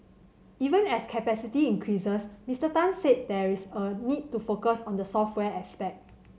even as capacity increases Mister Tan said there is a need to focus on the software aspect